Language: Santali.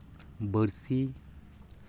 ᱵᱟᱹᱲᱥᱤ